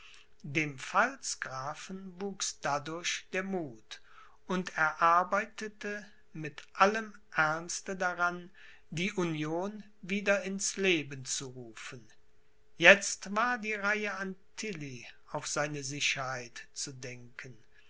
dem pfalzgrafen wuchs dadurch der muth und er arbeitete mit allem ernste daran die union wieder ins leben zu rufen jetzt war die reihe an tilly auf seine sicherheit zu denken